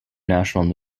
national